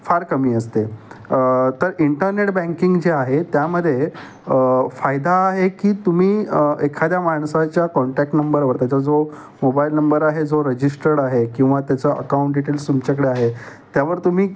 फार कमी असते तर इंटरनेट बँकिंग जे आहे त्यामध्ये फायदा आहे की तुम्ही एखाद्या माणसाच्या कॉन्टॅक्ट नंबरवर त्याचा जो मोबाईल नंबर आहे जो रजिस्टर्ड आहे किंवा त्याचं अकाऊंट डिटेल्स तुमच्याकडे आहे त्यावर तुम्ही